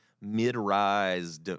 mid-rise